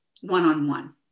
one-on-one